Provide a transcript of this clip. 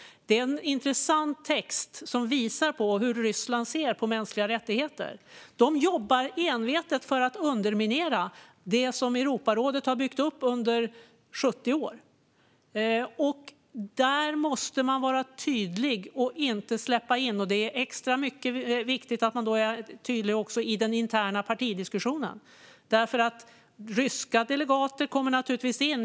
Det är en intressant text, som visar hur Ryssland ser på mänskliga rättigheter. De jobbar envetet för att underminera det som Europarådet har byggt upp under 70 år. Där måste man vara tydlig och inte släppa in. Det är extra viktigt att man är tydlig också i den interna partidiskussionen. Ryska delegater kommer naturligtvis in.